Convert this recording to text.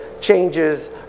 changes